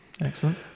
Excellent